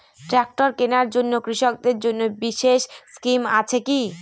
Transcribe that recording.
Tractor কেনার জন্য কৃষকদের জন্য বিশেষ স্কিম আছে কি?